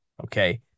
Okay